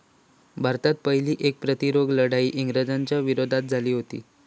भारतात पहिली कर प्रतिरोध लढाई इंग्रजांच्या विरोधात झाली हुती